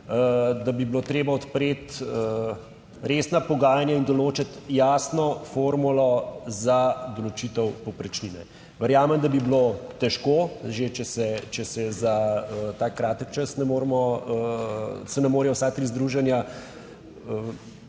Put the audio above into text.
da bi bilo treba odpreti resna pogajanja in določiti jasno formulo za določitev povprečnine. Verjamem, da bi bilo težko že, če se za tak kratek čas se ne morejo vsa tri združenja,